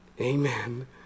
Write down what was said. Amen